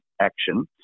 action